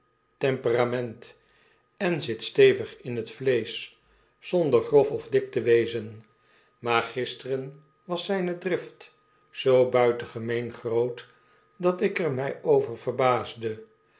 temperament en zit stevig in het vleesch zonder grof of dik te wezen maar gisterenwas zyne drift zoo buitengemeen groot dat ik er mij over verbaasde